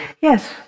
Yes